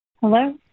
Hello